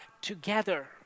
together